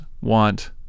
want